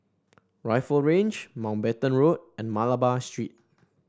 Rifle Range Mountbatten Road and Malabar Street